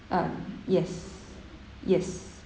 um yes yes